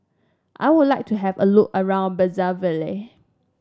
I would like to have a look around Brazzaville